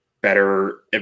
Better